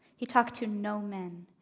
he talked to no men,